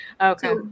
Okay